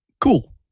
cool